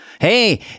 Hey